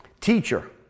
Teacher